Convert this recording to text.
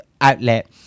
outlet